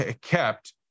kept